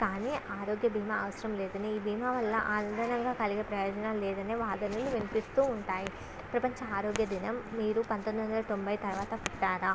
కానీ ఆరోగ్య భీమా అవసరం లేదని ఈ భీమా వల్ల అదనంగా కలిగే ప్రయోజనాలు లేదనే వాదనలు వినిపిస్తూ ఉంటాయి ప్రపంచ ఆరోగ్య దినం నేడు మీరు పంతొమ్మిది వందల తొంభై తరువాత పుట్టారా